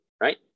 right